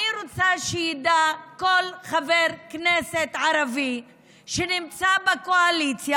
אני רוצה שידע כל חבר כנסת ערבי שנמצא בקואליציה